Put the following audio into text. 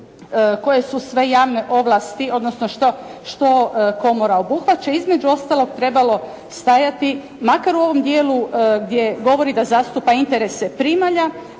koje su sve javne ovlasti, odnosno što komora obuhvaća između ostalog trebalo stajati, makar u ovom dijelu gdje govori da zastupa interese primalja,